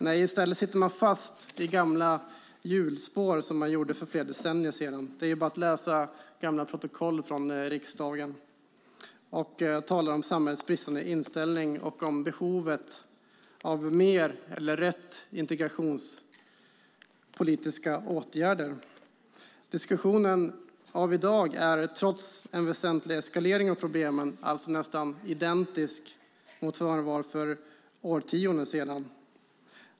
Nej, i stället sitter man fast i samma gamla hjulspår som man gjorde för flera decennier sedan - det är bara att läsa gamla protokoll från riksdagen - och talar om samhällets bristande inställning och om behovet av mer eller rätt integrationspolitiska åtgärder. Diskussionen av i dag är, trots en väsentlig eskalering av problemen, nästan identisk med vad den var för årtionden sedan.